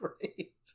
great